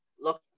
look